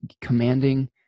commanding